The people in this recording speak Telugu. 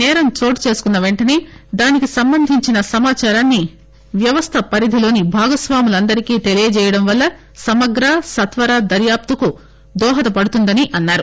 సేరం చోటుచేసుకున్న పెంటనే దానికి సంబంధించిన సమాచారాన్ని వ్యవస్థ పరిధిలోని భాగస్వాములందరికీ తెలియజేయడం వల్ల సమగ్ర సత్వర దర్యాప్తునకు దోహదపడుతుందని తెలిపారు